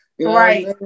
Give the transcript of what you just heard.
Right